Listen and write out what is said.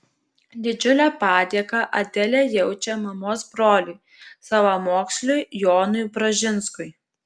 didžiulę padėką adelė jaučia mamos broliui savamoksliui jonui bražinskui